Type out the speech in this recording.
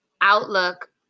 outlook